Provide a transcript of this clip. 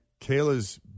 Kayla's